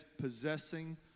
possessing